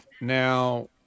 Now